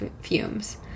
fumes